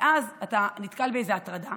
ואז אתה נתקל באיזה הטרדה